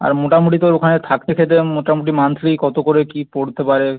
আর মোটামুটি তোর ওখানে থাকতে খেতে মোটামুটি মান্থলি কতো করে কী পড়তে পারে